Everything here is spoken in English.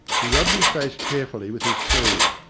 he rubbed his face carefully with his sleeve,